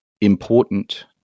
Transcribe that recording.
important